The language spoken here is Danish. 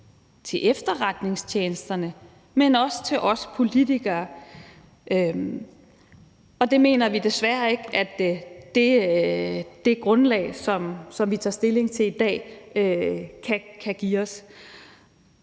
til efterretningstjenesterne, men også til os politikere, og det mener vi desværre ikke at det grundlag, som vi tager stilling til i dag, kan give os.